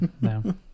no